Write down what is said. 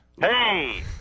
Hey